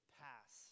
pass